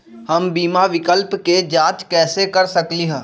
हम बीमा विकल्प के जाँच कैसे कर सकली ह?